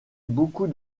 beaucoup